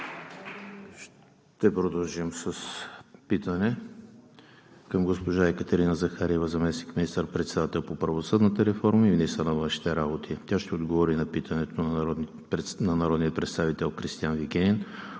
Ще продължим с питане към госпожа Екатерина Захариева – заместник министър-председател по правосъдната реформа и министър на външните работи. Тя ще отговори на питането на народния представител Кристиан Вигенин